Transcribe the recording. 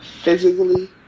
physically